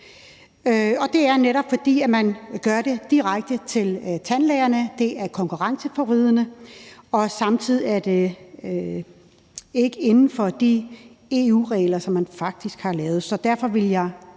det er netop, fordi man gør det direkte til tandlægerne. Det er konkurrenceforvridende, og samtidig er det ikke inden for de EU-regler, som man faktisk har lavet.